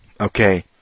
okay